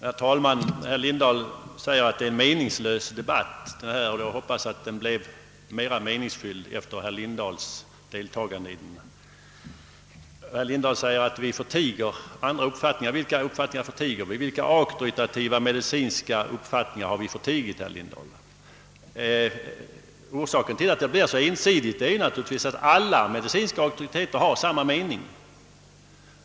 Herr talman! Herr Lindahl säger att detta är en meningslös debatt. Jag hoppas då att den blev mera meningsfylld efter herr Lindahls deltagande. Herr Lindabl säger att vi förtiger andra uppfattningar. Vilka uppfattningar förtiger vi i så fall? Vilka auktoritativa medicinska uppfattningar har vi förtigit, herr Lindahl? Orsaken till att citaten blev så ensidiga är naturligtvis att alla medicinska auktoriteter har samma mening.